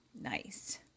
Nice